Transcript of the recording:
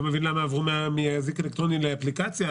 מבין למה עברו מאזיק אלקטרוני לאפליקציה.